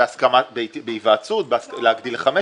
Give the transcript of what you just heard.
בהסכמה, בהיוועצות, להגדיל ל-15.